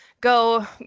go